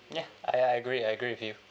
ya I agree I agree with you